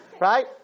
right